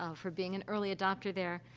ah for being an early adopter there.